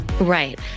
Right